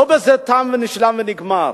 לא בזה תם ונשלם ונגמר.